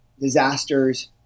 disasters